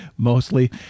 Mostly